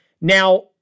Now